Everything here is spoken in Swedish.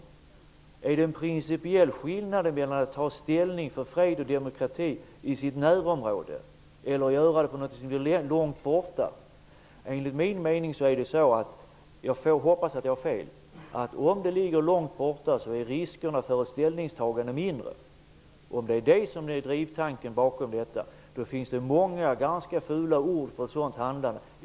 Finns det en principiell skillnad mellan att ta ställning för fred och demokrati i det egna närområdet och mellan att göra det för länder som ligger långt borta? Enligt min mening tycks det vara så -- jag hoppas att jag har fel på den punkten -- att om det gäller länder långt borta är riskerna med ett ställningstagande mindre. Om detta är den drivande tanken finns det många ganska fula ord att säga om ett sådant handlande.